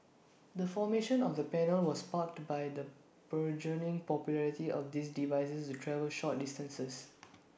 the formation of the panel was sparked by the burgeoning popularity of these devices to travel short distances